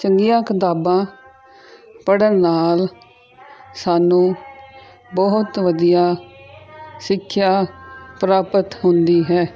ਚੰਗੀਆਂ ਕਿਤਾਬਾਂ ਪੜ੍ਹਨ ਨਾਲ ਸਾਨੂੰ ਬਹੁਤ ਵਧੀਆ ਸਿੱਖਿਆ ਪ੍ਰਾਪਤ ਹੁੰਦੀ ਹੈ